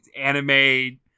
anime